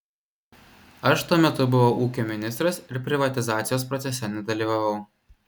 aš tuo metu buvau ūkio ministras ir privatizacijos procese nedalyvavau